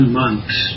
months